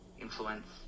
influence